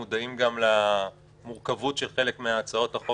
מודעים גם למורכבות של חלק מהצעות החוק